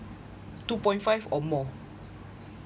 two point five or more